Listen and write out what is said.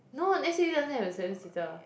no s_u_v doesn't have a seven seater